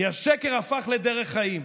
כי השקר הפך לדרך חיים.